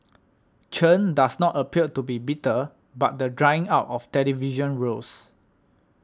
Chen does not appear to be bitter about the drying up of television roles